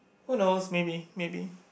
who knows maybe maybe